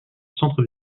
centre